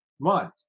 month